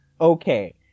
Okay